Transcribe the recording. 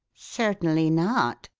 certainly not,